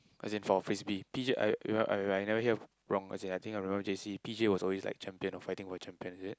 as in for Frisbee P_J I I I remember if I never hear of wrong as in I think I remember J_C P_J was always like champion or fighting for champion is it